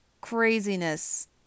craziness